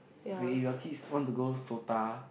maybe your kids want to go S_O_T_A